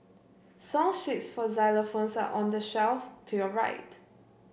song sheets for xylophones are on the shelf to your right